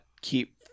keep